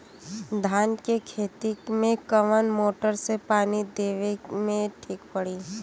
धान के खेती मे कवन मोटर से पानी देवे मे ठीक पड़ी?